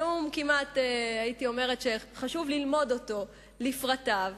נאום שהייתי אומרת שכמעט חשוב ללמוד אותו לפרטיו,